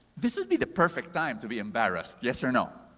this would be the perfect time to be embarrassed. yes, or no?